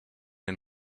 and